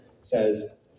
says